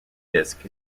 disk